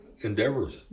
endeavors